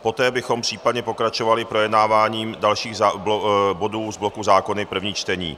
Poté bychom případně pokračovali projednáváním dalších bodů z bloku zákony první čtení.